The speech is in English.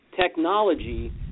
technology